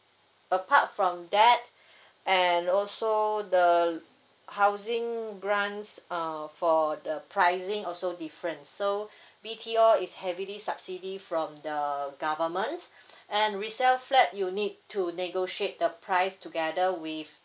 apart from that and also the housing grants uh for the pricing also different so B_T_O is heavily subsidy from the governments and resale flat you need to negotiate the price together with